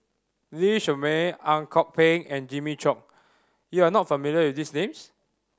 Lee Shermay Ang Kok Peng and Jimmy Chok you are not familiar with these names